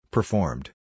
Performed